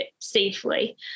safely